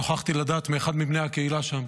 נוכחתי לדעת זאת מאחד מבני הקהילה שם,